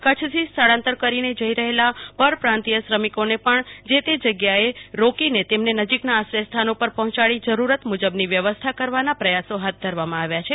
કચ્છથી સ્થળાંતર કરીને જઈ રહેલા પરપ્રાંતિય શ્રમિકોને પણ જે તે જગ્યાએ રોકીને તેમને નજીકના આશ્રયસ્થાન ઉપર પહોંચાડી તેમને જરૂરત મુજબની વ્યવસ્થા કરવાના પ્રયાસો હાથ ધરાશે